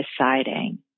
deciding